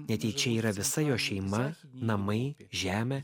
net jei čia yra visa jo šeima namai žemė